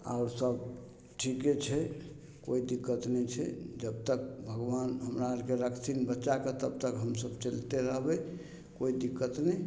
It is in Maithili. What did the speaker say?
आओर सब ठीके छै कोइ दिक्कत नहि छै जब तक भगवान हमरा अरके रखथिन बचाके तब तक हमसब चलिते रहबय कोइ दिक्कत नहि